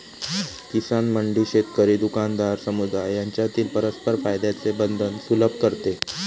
किसान मंडी शेतकरी, दुकानदार, समुदाय यांच्यातील परस्पर फायद्याचे बंधन सुलभ करते